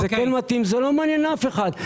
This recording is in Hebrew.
זה כן מתאים לא מעניין אף אחד.